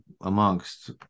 amongst